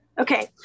Okay